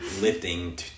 lifting